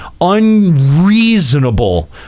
unreasonable